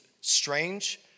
strange